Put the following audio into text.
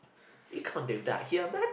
you conduct that here man